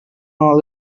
all